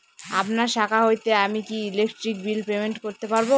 আপনার শাখা হইতে আমি কি ইলেকট্রিক বিল পেমেন্ট করতে পারব?